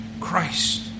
Christ